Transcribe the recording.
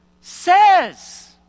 says